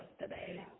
today